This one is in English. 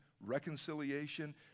reconciliation